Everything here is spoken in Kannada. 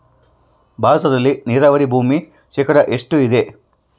ಭಾರತದಲ್ಲಿ ನೇರಾವರಿ ಭೂಮಿ ಶೇಕಡ ಎಷ್ಟು ಇದೆ?